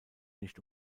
nicht